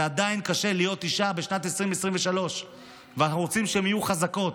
זה עדיין קשה להיות אישה בשנת 2023. אנחנו רוצים שהן יהיו חזקות.